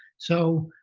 so